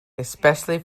especially